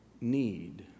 need